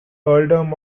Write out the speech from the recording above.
earldom